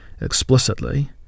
Explicitly